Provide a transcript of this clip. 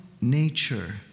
nature